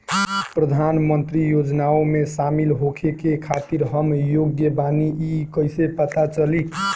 प्रधान मंत्री योजनओं में शामिल होखे के खातिर हम योग्य बानी ई कईसे पता चली?